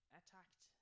attacked